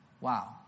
Wow